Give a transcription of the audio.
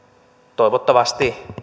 toivottavasti